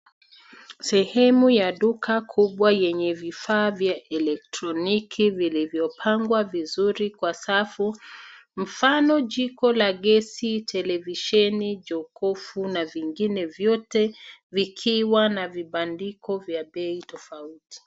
Sehemu ya duka kubwa yenye vifaa vya elektroniki vilivyopangwa vizuri kwa safu. Mfano jiko la gesi, televisheni, jokofu na vingine, vyote vikiwa na vibandiko vya bei tofauti.